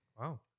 Wow